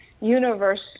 universe